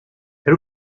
elle